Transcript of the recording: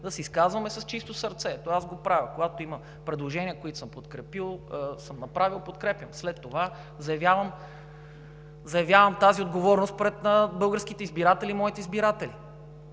да се изказваме с чисто сърце. Това аз го правя – когато има предложения, които съм направил, подкрепям, след това заявявам тази отговорност пред българските, пред моите избиратели.